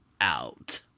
out